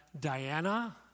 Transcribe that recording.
Diana